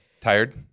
Tired